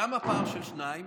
למה פער של שניים?